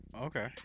Okay